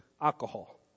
alcohol